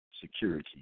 security